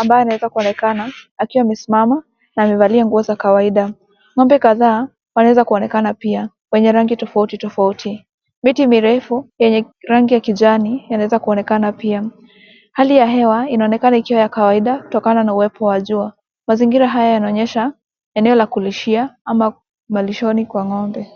ambaye anaweza kunaonekana akiwa amesimama na amevalia nguo za kawaida. Ng'ombe kadhaa wanaweza kuonekana pia wenye rangi tofauti tofauti. Miti mirefu yenye rangi ya kijani inaweza kuonekana pia. Hali ya kawaida inaonekana kuwa ya kawaida kutokana na uwepo wa jua. Mazingira haya yanaonyesha eneo la kulishia ama malishoni mwa ng'ombe.